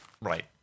Right